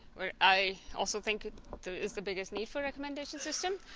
where i also think is the biggest need for recommendation systems